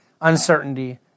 uncertainty